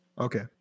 Okay